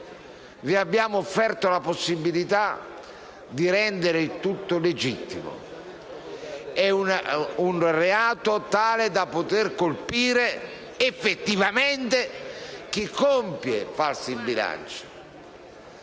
vi abbiamo offerto la possibilità di rendere tutto legittimo. È un reato tale da poter colpire effettivamente chi compie falso in bilancio